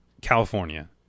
California